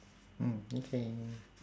mm okay